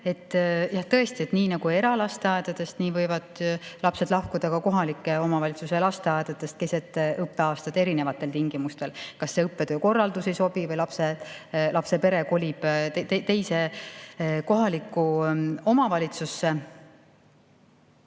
Tõesti, nii nagu eralasteaedadest, nii võivad lapsed lahkuda ka kohalike omavalitsuste lasteaedadest keset õppeaastat erinevatel põhjustel. Kas õppetöö korraldus ei sobi või lapse pere kolib teise kohalikku omavalitsusse.